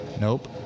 Nope